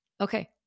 Okay